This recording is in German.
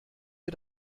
dir